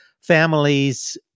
families